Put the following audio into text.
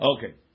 Okay